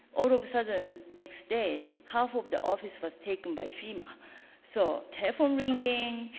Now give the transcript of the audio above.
all of a sudden next day half of the office was taken by fema so telephone ringing,